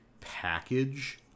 package